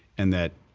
and that,